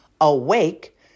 awake